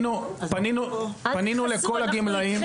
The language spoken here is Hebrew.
פנינו לכל הגמלאים.